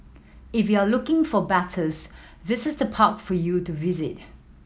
if you're looking for battles this is the park for you to visit